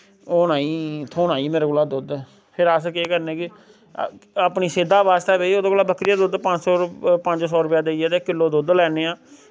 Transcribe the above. होना थ्होना ई मेरै कोला दुध्द फिर अस केह् करने कि अपनी सेह्दा बास्तै भाई ओह्दे कोला बकरी दा दुध्द पंज सौ रपेआ देइयै ते किल्लो दुध्द लैन्ने आं